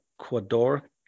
Ecuador